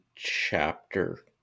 chapter